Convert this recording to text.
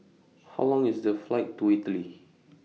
How Long IS The Flight to Italy